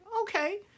Okay